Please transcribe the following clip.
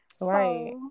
Right